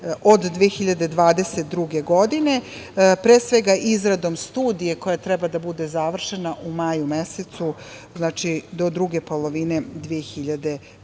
od 2022. godine, pre svega izradom studije koja treba da bude završena u maju mesecu, do druge polovine 2022.